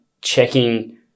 checking